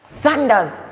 thunders